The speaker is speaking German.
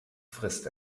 frisst